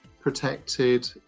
protected